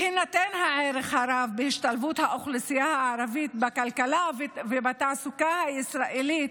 בהינתן הערך הרב בהשתלבות האוכלוסייה הערבית בכלכלה ובתעסוקה הישראלית,